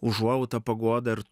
užuojautą paguodą ir